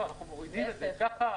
ככה,